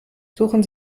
suchen